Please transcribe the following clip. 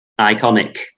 iconic